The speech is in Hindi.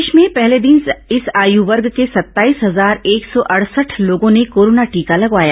प्रदेश में पहले दिन इस आय वर्ग के सत्ताईस हजार एक सौ अड़सठ लोगों ने कोरोना टीका लगवाया